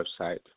website